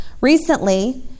Recently